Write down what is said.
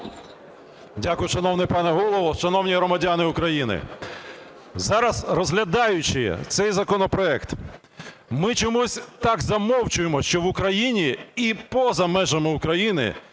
Дякую, шановний пане Голово. Шановні громадяни України! Зараз, розглядаючи цей законопроект, ми чомусь так замовчуємо, що в Україні і поза межами України